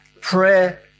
Prayer